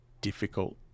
difficult